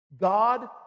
God